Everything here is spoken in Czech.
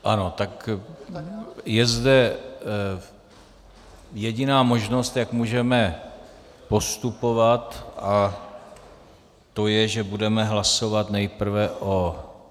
Ano, tak je zde jediná možnost, jak můžeme postupovat, a to je, že budeme hlasovat nejprve o...